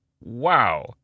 Wow